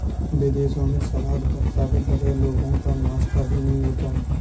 विदेशों में सलाद पत्ता के बगैर लोगों का नाश्ता ही नहीं होता